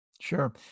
Sure